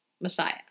Messiah